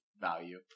value